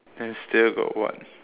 then still here got what